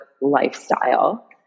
lifestyle